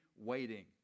waiting